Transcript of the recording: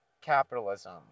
capitalism